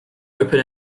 open